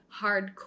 hardcore